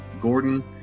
gordon